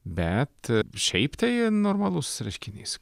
bet šiaip tai normalus reiškinys